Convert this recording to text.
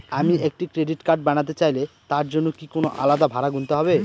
আমি একটি credit card বানাতে চাইলে তার জন্য কি কোনো আলাদা ভাড়া গুনতে হবে?